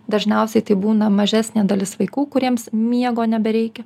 dažniausiai tai būna mažesnė dalis vaikų kuriems miego nebereikia